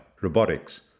robotics